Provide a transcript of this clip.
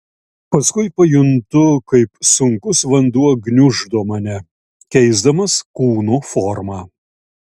paskui pajuntu kaip sunkus vanduo gniuždo mane keisdamas kūno formą